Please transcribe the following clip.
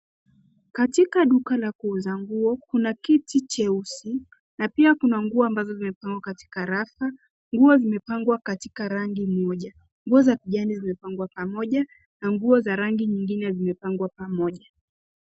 Katika duka la kuuza nguo kuna kiti jeusi na pia kuna nguo zilizowekwa kwenye rafa. Nguo zimepangwa katika rangi moja. Nguo za kijani zimepangwa pamoja, na nguo za rangi nyingine zimepangwa pamoja.